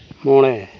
ᱢᱚᱬᱮ